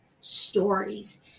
stories